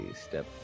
step